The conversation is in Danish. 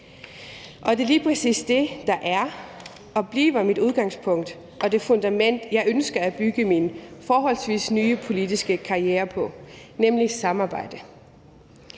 det er lige præcis det, der er og bliver mit udgangspunkt og det fundament, jeg ønsker at bygge min forholdsvis nye politiske karriere på, nemlig samarbejde.